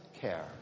care